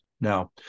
Now